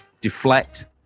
Deflect